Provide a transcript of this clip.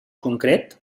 concret